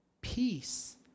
peace